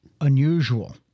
unusual